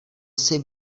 jsi